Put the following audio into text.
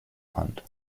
hunt